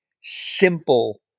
simple